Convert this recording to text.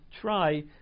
try